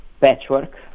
Patchwork